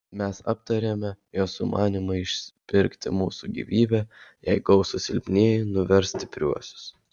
mes aptarėme jo sumanymą išsipirkti mūsų gyvybę jei gausūs silpnieji nuvers stipriuosius